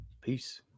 Peace